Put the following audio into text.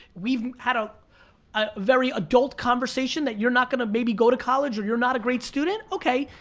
we've had ah a very adult conversation that you're not gonna maybe go to college, or you're not a great student? okay,